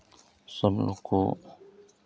सब लोग को